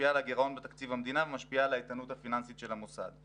משפיעה על הגירעון בתקציב המדינה ומשפיעה על האיתנות הפיננסית של המוסד.